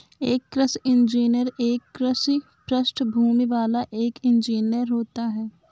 एक कृषि इंजीनियर एक कृषि पृष्ठभूमि वाला एक इंजीनियर होता है